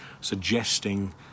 suggesting